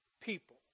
people